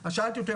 אז שאלתי אותו,